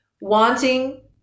wanting